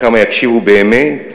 וכמה יקשיבו באמת?